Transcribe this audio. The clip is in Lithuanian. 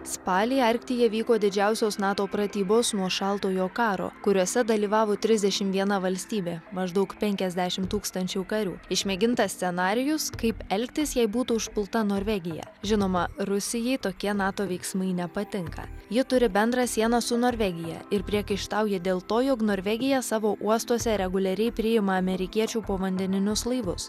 spalį arktyje vyko didžiausios nato pratybos nuo šaltojo karo kuriose dalyvavo trisdešim viena valstybė maždaug penkiasdešim tūkstančių karių išmėgintas scenarijus kaip elgtis jei būtų užpulta norvegija žinoma rusijai tokie nato veiksmai nepatinka ji turi bendrą sieną su norvegija ir priekaištauja dėl to jog norvegija savo uostuose reguliariai priima amerikiečių povandeninius laivus